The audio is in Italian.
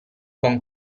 con